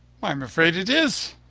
i'm afraid it is.